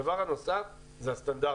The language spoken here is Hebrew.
דבר נוסף זה הסטנדרטים.